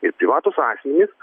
ir privatūs asmenys